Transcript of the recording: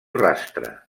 rastre